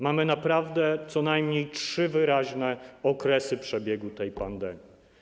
Mamy naprawdę co najmniej trzy wyraźne okresy przebiegu tej pandemii.